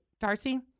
Darcy